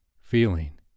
feeling